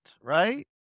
right